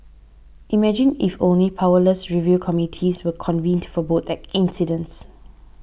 imagine if only powerless review committees were convened for both at incidents